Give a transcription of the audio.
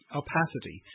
opacity